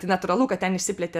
tai natūralu kad ten išsiplėtė